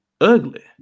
Ugly